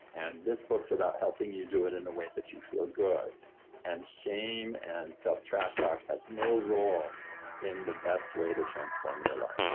and this book's about helping you do it in a way that you feel good and shame and self trash-talk has no role in the best way to transform your life